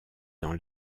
dans